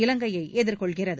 இலங்கையை எதிர்கொள்கிறது